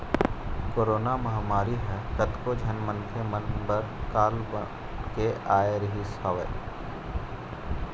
corona महामारी ह कतको झन मनखे मन बर काल बन के आय रिहिस हवय